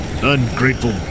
ungrateful